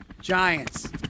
Giants